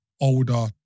older